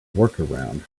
workaround